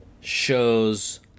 shows